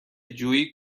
جویی